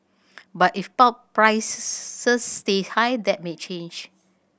but if pulp prices stay high that may change